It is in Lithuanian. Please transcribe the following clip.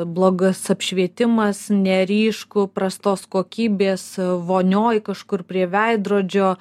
blogas apšvietimas neryšku prastos kokybės vonioj kažkur prie veidrodžio